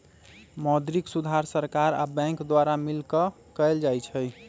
मौद्रिक सुधार सरकार आ बैंक द्वारा मिलकऽ कएल जाइ छइ